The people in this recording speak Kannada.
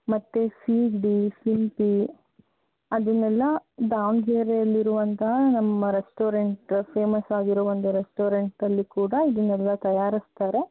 ಮತ್ತೆ ಸೀಗಡಿ ಸಿಂಪಿ ಅದನ್ನೆಲ್ಲ ದಾವಣಗೆರೆಯಲ್ಲಿರುವಂತಹ ನಮ್ಮ ರೆಸ್ಟೋರೆಂಟ್ ಫೇಮಸ್ ಆಗಿರುವ ಒಂದು ರೆಸ್ಟೋರೆಂಟಲ್ಲಿ ಕೂಡ ಇದನ್ನೆಲ್ಲ ತಯಾರಿಸ್ತಾರೆ